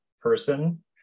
person